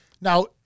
Now